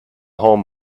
home